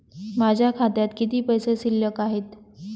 माझ्या खात्यात किती पैसे शिल्लक आहेत?